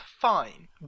fine